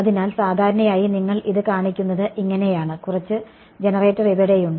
അതിനാൽ സാധാരണയായി നിങ്ങൾ ഇത് കാണിക്കുന്നത് ഇങ്ങനെയാണ് കുറച്ച് ജനറേറ്റർ ഇവിടെയുണ്ട്